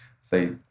say